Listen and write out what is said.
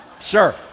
sure